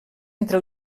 entre